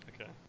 Okay